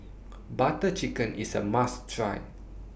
Butter Chicken IS A must Try